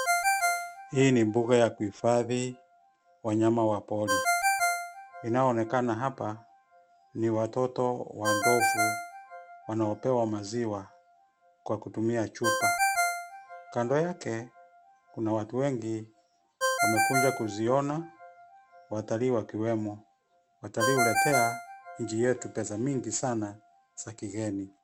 Hii ni mbuga ya kuhifadhi wanyama wa pori. Inayoonekana hapa ni watoto wa ndovu wanaopewa maziwa kwa kutumia chupa. Kando yake kuna watu wengi wamekuja kuziona, watalii wakiwemo. Watallii huletea nchi yetu pesa mingi sana za kigeni.